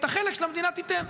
את החלק של המדינה תן.